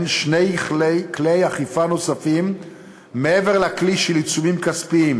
שני כלי אכיפה נוספים מעבר לכלי של עיצומים כספיים,